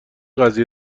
قضیه